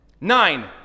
Nine